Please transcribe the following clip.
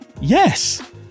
Yes